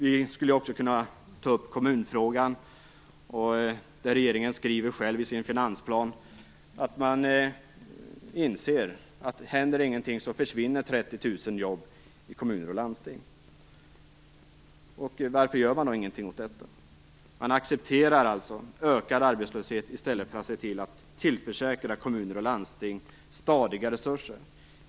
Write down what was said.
Vi skulle också kunna ta upp kommunfrågan, där regeringen själv skriver i sin finansplan att man inser att om det inte händer någonting försvinner 30 000 jobb i kommuner och landsting. Varför gör man då ingenting åt detta? Man accepterar alltså ökad arbetslöshet i stället för att se till att tillförsäkra kommuner och landsting stadiga resurser.